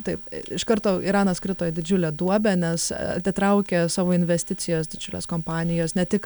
taip iš karto iranas krito į didžiulę duobę nes atitraukė savo investicijas didžiulės kompanijos ne tik